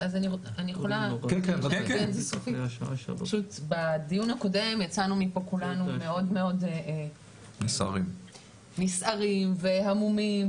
בדיון הקודם יצאנו מפה כולנו מאוד נסערים והמומים,